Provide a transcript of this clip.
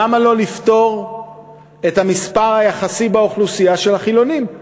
למה לא לפטור את המספר היחסי באוכלוסייה של החילונים?